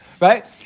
right